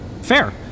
fair